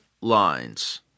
lines